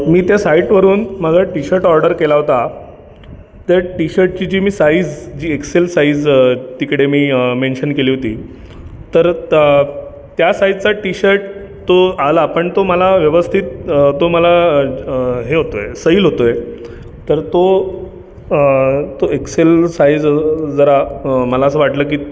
मी त्या साईटवरून माझा टीशर्ट ऑर्डर केला होता त्या टीशर्टची जी मी साईज जी एक्सेल साईज तिकडे मी मेन्शन केली होती तर तर त्या साईजचा टीशर्ट तो आला पण तो मला व्यवस्थित तो मला अ हे होतो आहे सैल होतो आहे तर तो तो एक्सेल साईज ज जरा मला असं वाटलं की